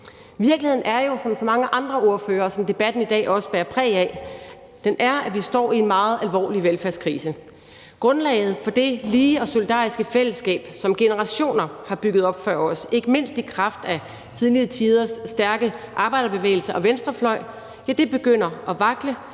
Virkeligheden er jo, som så mange andre ordføreres ord i debatten i dag også bærer præg af, at vi står i en meget alvorlig velfærdskrise. Grundlaget for det lige og solidariske fællesskab, som generationer har bygget op før os, ikke mindst i kraft af tidligere tiders stærke arbejderbevægelser og venstrefløj, begynder at vakle